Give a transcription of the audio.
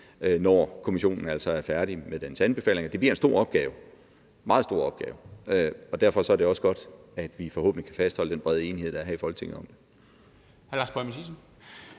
når kommissionen er færdig med sine anbefalinger. Det bliver en stor opgave, en meget stor opgave. Og derfor er det også godt, at vi forhåbentlig kan fastholde den brede enighed, der er her i Folketinget om det.